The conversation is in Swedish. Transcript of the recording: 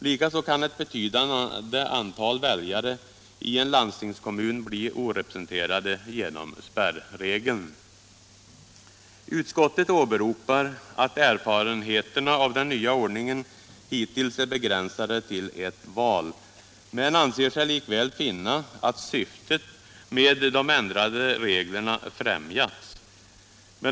Likaså kan ett betydande antal väljare i en landstingskommun bli orepresenterade genom spärregeln. E Utskottet åberopar att erfarenheterna av den nya ordningen hittills är begränsade till ett val, men det anser sig likväl finna att syftet med de ändrade reglerna främjats.